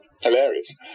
Hilarious